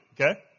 okay